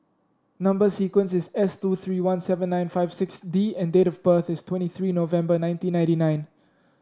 number sequence is S two three one seven nine five six D and date of birth is twenty three November nineteen ninety nine